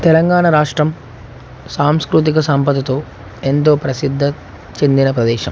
తెలంగాణ రాష్ట్రం సాంస్కృతిక సంపదతో ఎంతో ప్రసిద్ధి చెందిన ప్రదేశం